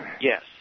yes